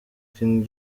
king